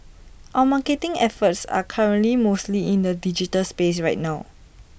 our marketing efforts are currently mostly in the digital space right now